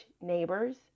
neighbors